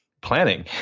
Planning